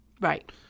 Right